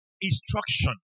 instruction